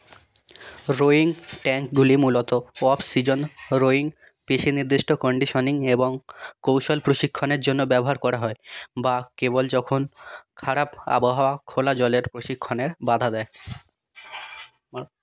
rowing ট্যাঙ্কগুলি মূলত off season rowing পেশী নির্দিষ্ট কন্ডিশনিং এবং কৌশল প্রশিক্ষণের জন্য ব্যবহার করা হয় বা কেবল যখন খারাপ আবহাওয়া খোলা জলের প্রশিক্ষণে বাধা দেয়